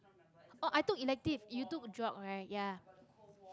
oh i took elective you took geog right